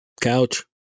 couch